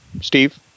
Steve